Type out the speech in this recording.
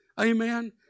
Amen